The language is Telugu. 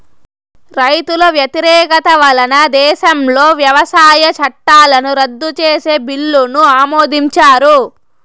రైతుల వ్యతిరేకత వలన దేశంలో వ్యవసాయ చట్టాలను రద్దు చేసే బిల్లును ఆమోదించారు